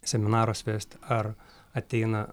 seminarus vest ar ateina